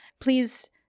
Please